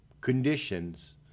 conditions